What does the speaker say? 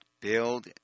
Build